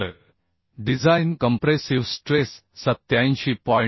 तर design compressive stress 87